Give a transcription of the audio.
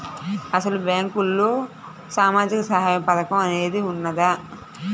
అసలు బ్యాంక్లో సామాజిక సహాయం పథకం అనేది వున్నదా?